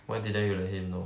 why didn't you let him know